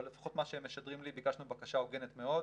אבל לפחות מה שהם משדרים לי זה שביקשנו בקשה הוגנת מאוד.